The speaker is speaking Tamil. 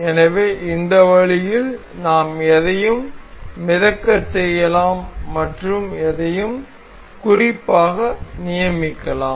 எனவே இந்த வழியில் நாம் எதையும் மிதக்கச் செய்யலாம் மற்றும் எதையும் குறிப்பாக நியமிக்கலாம்